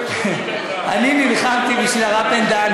אני נלחמתי בשביל הרב בן-דהן,